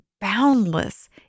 boundless